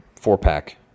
Four-pack